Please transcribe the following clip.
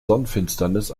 sonnenfinsternis